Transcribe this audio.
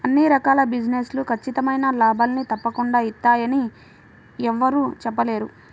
అన్ని రకాల బిజినెస్ లు ఖచ్చితమైన లాభాల్ని తప్పకుండా ఇత్తయ్యని యెవ్వరూ చెప్పలేరు